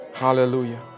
Hallelujah